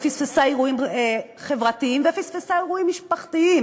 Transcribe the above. היא פספסה אירועים חברתיים ופספסה אירועים משפחתיים,